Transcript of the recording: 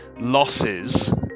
losses